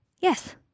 Yes